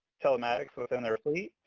telematics within their fleet.